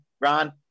Ron